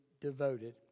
devoted